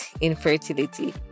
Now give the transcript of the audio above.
infertility